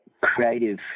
creative